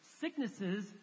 sicknesses